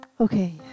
Okay